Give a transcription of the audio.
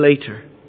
later